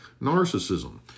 narcissism